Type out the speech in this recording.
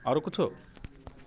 आओर किछु